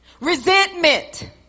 resentment